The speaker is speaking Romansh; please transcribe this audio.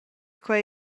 quei